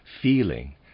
feeling